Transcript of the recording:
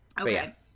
Okay